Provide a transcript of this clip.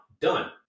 done